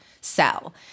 sell